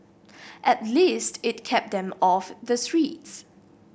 at least it kept them off the streets